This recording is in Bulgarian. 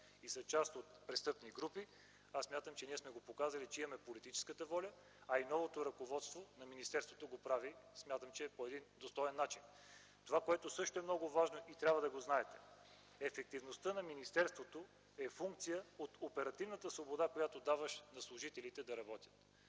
и са част от престъпни групи, смятам, че ние сме показали, че имаме политическата воля, а и новото ръководство на министерството смятам, че го прави по един достоен начин. Това, което е също много важно и трябва да го знаете – ефективността на министерството е функция от оперативната свобода, която даваш на служителите да работят.